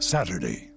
Saturday